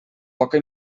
poca